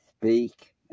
Speak